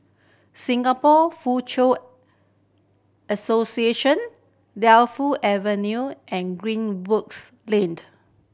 Singapore Foochow Association Defu Avenue and Greenwoods Laned